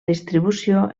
distribució